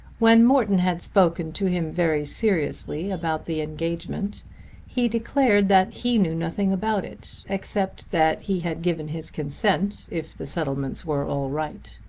when morton had spoken to him very seriously about the engagement he declared that he knew nothing about it except that he had given his consent if the settlements were all right.